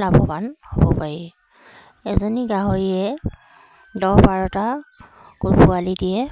লাভৱান হ'ব পাৰি এজনী গাহৰিয়ে দহ বাৰটাকৈ পোৱালি দিয়ে